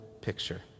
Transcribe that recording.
picture